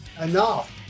enough